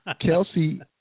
Kelsey